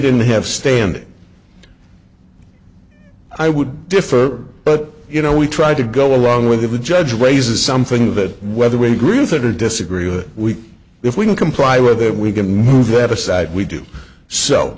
didn't have standing i would differ but you know we tried to go along with the judge raises something that whether we agree with it or disagree with it we if we can comply with it we can move that aside we do so